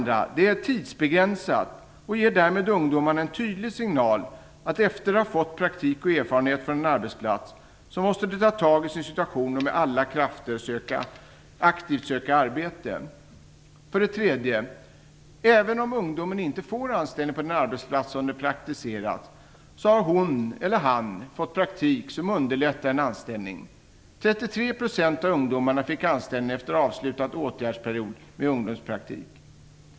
Det är tidsbegränsat och ger därmed ungdomarna en tydlig signal, att efter att de har fått praktik och erfarenhet från en arbetsplats måste de ta tag i sin situation och med alla krafter aktivt söka arbete. 3. Även om ungdomen inte får anställning på den arbetsplats som de praktiserat har hon eller han fått praktik som underlättar en anställning. 33 % av ungdomarna fick anställning efter avslutad åtgärdsperiod med ungdomspraktik.